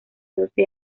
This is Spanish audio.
doce